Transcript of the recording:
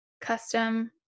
custom